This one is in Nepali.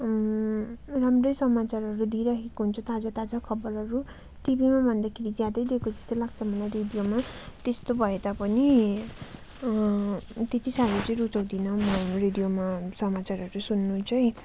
राम्रै समाचारहरू दिइरहेको हुन्छ ताजा ताजा खबरहरू टिभीमा भन्दाखेरि ज्यादै दिएको जस्तो लाग्छ मलाई रेडियोमा त्यस्तो भए तापनि त्यति साह्रो चाहिँ रुचाउँदिनँ म रेडियोमा समाचारहरू सुन्नु चाहिँ